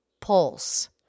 pulse